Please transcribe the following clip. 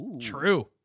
True